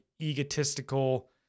egotistical